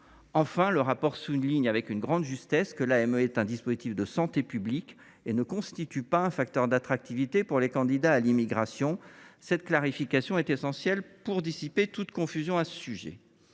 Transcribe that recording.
Enfin, le rapport souligne avec une grande justesse que l’AME est un dispositif de santé publique et qu’elle ne constitue pas un facteur d’attractivité pour les candidats à l’immigration. Cette clarification est essentielle pour dissiper toute confusion à ce sujet.